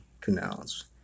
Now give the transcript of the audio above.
canals